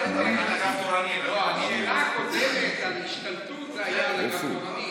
השאלה הקודמת, על השתלטות, הייתה על האגף התורני.